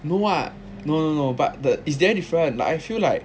no [what] no no no but the it's very different like I feel like